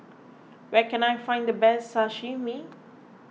where can I find the best Sashimi